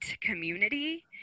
community